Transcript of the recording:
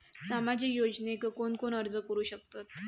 सामाजिक योजनेक कोण कोण अर्ज करू शकतत?